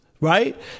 Right